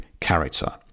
character